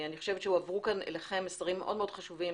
אני חושבת שהועברו אליכם מסרים מאוד מאוד חשובים